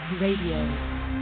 Radio